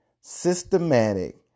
systematic